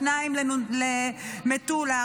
שניים למטולה,